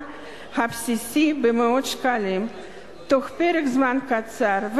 הבסיסי במאות שקלים תוך פרק זמן קצר,